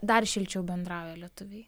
dar šilčiau bendrauja lietuviai